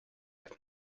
have